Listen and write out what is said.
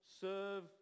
serve